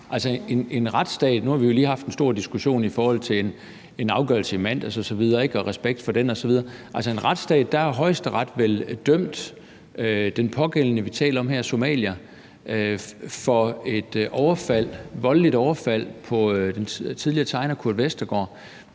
en retsstat har Højesteret dømt den pågældende, vi taler om her, en somalier, for et voldeligt overfald på tidligere tegner Kurt Vestergaard